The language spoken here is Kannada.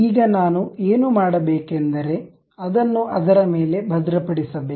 ಈಗ ನಾನು ಏನು ಮಾಡಬೇಕೆಂದರೆ ಅದನ್ನು ಅದರ ಮೇಲೆ ಭದ್ರಪಡಿಸಬೇಕು